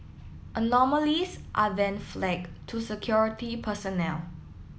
anomalies are then flagged to security personnel